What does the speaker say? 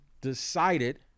decided